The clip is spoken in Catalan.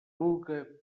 vulga